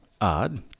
Odd